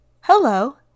Hello